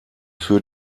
für